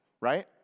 right